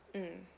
mm